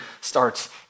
starts